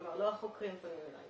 כלומר, לא החוקרים פנו אליי.